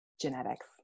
genetics